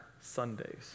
Sundays